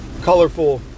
Colorful